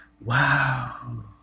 Wow